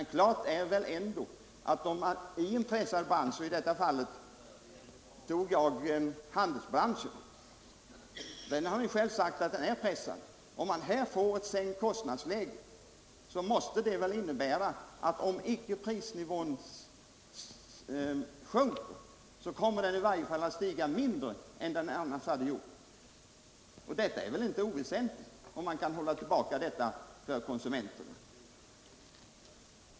Men klart är väl ändå att om en pressad bransch som 1. ex. handeln — herr Feldt har själv sagt att den är pressad — får en sänkning av kostnadsläget, måste det innebära att om icke prisnivån sjunker så kommer den i varje fall att stiga mindre än den annars hade gjort. Detta är inte heller oväsentligt för konsumenterna.